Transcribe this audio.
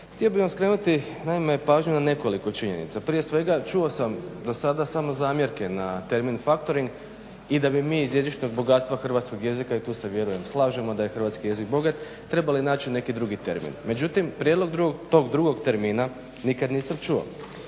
Htio bih vam skrenuti naime pažnju na nekoliko činjenica. Prije svega čuo sam do sada samo zamjerke na temu factoring i da bi mi iz jezičnog bogatstva hrvatskog jezika i tu se vjerujem slažemo da je hrvatski jezik bogat, trebali naći neki drugi termin. Međutim, prijedlog tog drugog termina nikada nisam čuo.